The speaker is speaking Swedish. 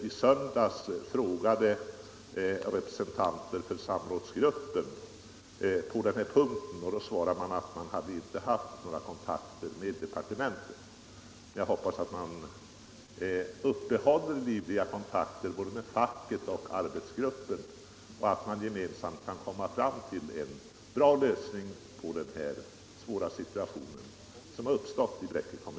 I söndags förklarade representanter för samrådsgruppen att man inte hade haft några kontakter med departementet. Jag hoppas att regeringen håller livlig kontakt med både facket och arbetsgruppen och att man gemensamt kan komma fram till en bra lösning på detta svåra problem.